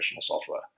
software